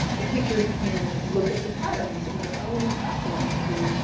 but teachers can look at the patterns in their own classes and see,